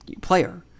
player